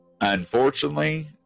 Unfortunately